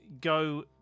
go